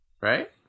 Right